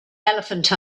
elephant